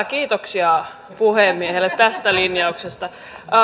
kiitoksia puhemiehelle tästä linjauksesta